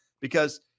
because-